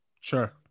Sure